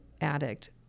addict